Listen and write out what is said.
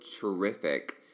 terrific